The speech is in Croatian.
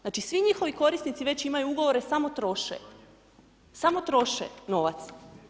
Znači, svi njihovi korisnici već imaju ugovore, samo troše, samo troše novac.